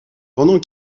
pendant